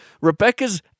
Rebecca's